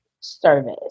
service